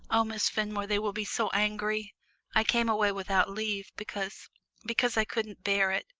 oh, miss fenmore, they will be so angry i came away without leave, because because i couldn't bear it,